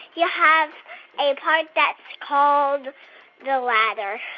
yeah have a part that's called the ladder.